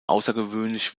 außergewöhnlich